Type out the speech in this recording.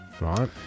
Right